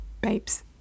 babes